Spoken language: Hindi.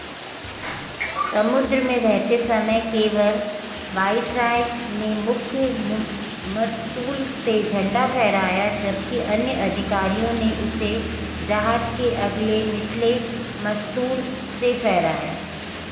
समुद्र में रहते समय केवल वाइसरॉय ने मुख्य मस्तूल से झंडा फहराया जबकि अन्य अधिकारियों ने इसे जहाज़ के अगले निचले मस्तूल से फहराया